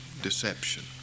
Deception